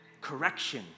Correction